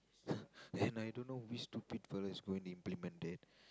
and I don't know which stupid fella is going to implement that